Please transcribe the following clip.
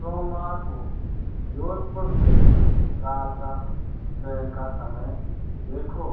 सोमवार को जोधपुर से कालका ट्रेन का समय देखो